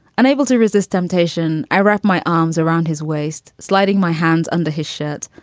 unable to resist temptation. i wrapped my arms around his waist, sliding my hands under his shirt.